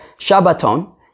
Shabbaton